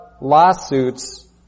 lawsuits